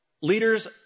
leaders